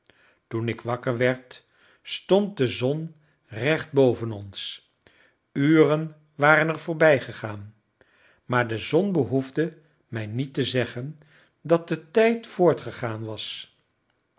toen ik wakker werd stond de zon recht boven ons uren waren er voorbijgegaan maar de zon behoefde mij niet te zeggen dat de tijd voortgegaan was